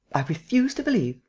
i refuse to believe.